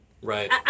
Right